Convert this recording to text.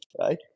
Right